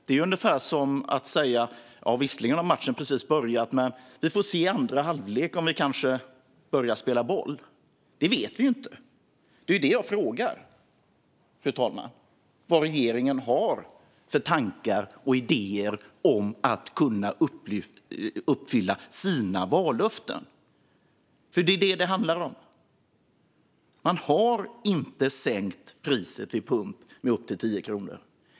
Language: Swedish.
Det är ungefär som att säga: Visserligen har matchen precis börjat, men vi får se i andra halvlek om vi kanske börjar spela boll. Vi vet inte. Det är detta jag frågar om, fru talman. Vad har regeringen för tankar och idéer om att kunna uppfylla sina vallöften? Det är vad det handlar om. Man har inte sänkt priset vid pump med upp till 10 kronor.